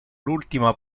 ultima